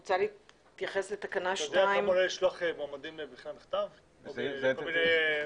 אתה יודע כמה עולה לשלוח מועמדים לבחינה בכתב לכל מיני מכונים?